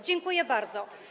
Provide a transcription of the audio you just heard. Dziękuję bardzo.